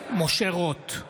משה רוט,